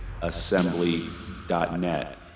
Assembly.net